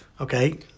Okay